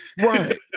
Right